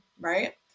right